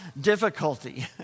difficulty